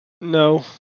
No